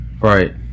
Right